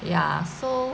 ya so